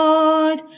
Lord